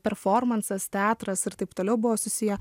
performansas teatras ir taip toliau buvo susiję